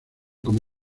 como